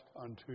unto